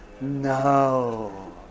no